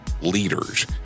leaders